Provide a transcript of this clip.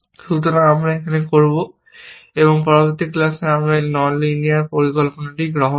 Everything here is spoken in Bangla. সুতরাং আমরা এখানে থামব এবং পরবর্তী ক্লাসে আমরা এই নন লিনিয়ার পরিকল্পনাটি গ্রহণ করব